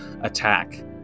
attack